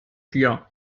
dir